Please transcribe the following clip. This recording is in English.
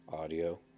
audio